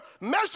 measure